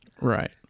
Right